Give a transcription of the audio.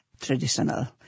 traditional